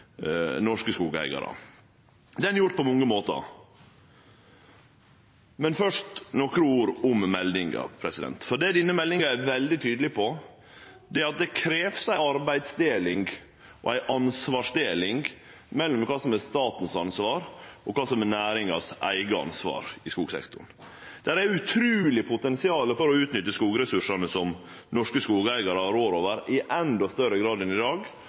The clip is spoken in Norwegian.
norske skogeigarar, og det har vi gjort på mange måtar. Men først nokre ord om meldinga. Det denne meldinga er veldig tydeleg på, er at det krevst ei arbeidsdeling og ei ansvarsdeling mellom det som er staten sitt ansvar, og det som er næringa sitt eige ansvar i skogsektoren. Det er eit utruleg potensial for å utnytte skogressursane som norske skogeigarar rår over, i endå større grad enn i dag.